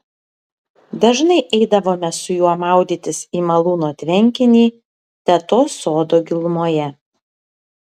dažnai eidavome su juo maudytis į malūno tvenkinį tetos sodo gilumoje